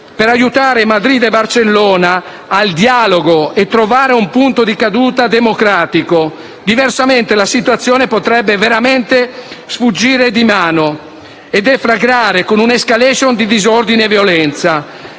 per aiutare Madrid e Barcellona al dialogo e trovare un punto di caduta democratico. Diversamente, la situazione potrebbe veramente sfuggire di mano e deflagrare con una *escalation* di disordini e violenza.